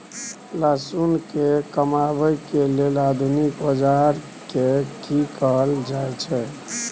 लहसुन के कमाबै के लेल आधुनिक औजार के कि कहल जाय छै?